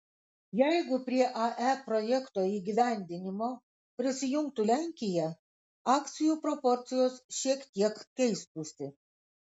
jeigu prie ae projekto įgyvendinimo prisijungtų lenkija akcijų proporcijos šiek tiek keistųsi